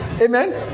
Amen